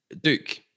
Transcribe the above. Duke